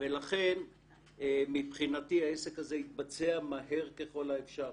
ולכן מבחינתי העסק הזה יתבצע מהר ככל האפשר.